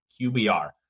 QBR